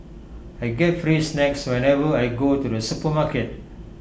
I get free snacks whenever I go to the supermarket